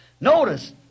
Notice